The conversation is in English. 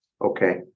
Okay